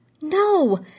No